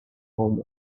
home